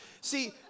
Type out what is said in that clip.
See